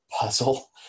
puzzle